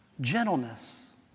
gentleness